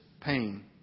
pain